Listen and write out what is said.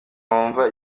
bumva